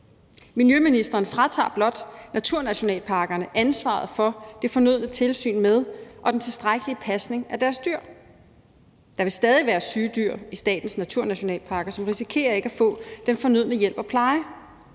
Miljøministeren fratager blot naturnationalparkerne ansvaret for det fornødne tilsyn med og den tilstrækkelige pasning af deres dyr. Der vil stadig være syge dyr i statens naturnationalparker, som risikerer ikke at få den fornødne hjælp og pleje,